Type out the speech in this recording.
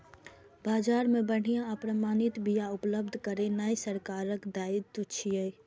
बाजार मे बढ़िया आ प्रमाणित बिया उपलब्ध करेनाय सरकारक दायित्व छियै